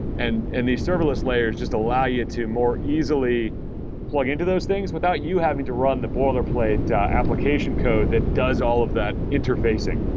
and and these serverless layers just allow you to more easily plug into those things without you having to run the boilerplate application code that does all of that interfacing.